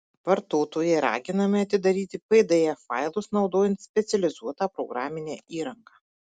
vartotojai raginami atidaryti pdf failus naudojant specializuotą programinę įrangą